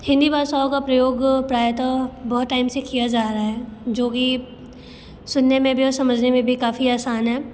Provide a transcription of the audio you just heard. हिन्दी भाषाओं का प्रयोग प्रायतह बहुत टाइम से किया जा रहा है जो कि सुनने में भी और समझने में भी काफ़ी आसान है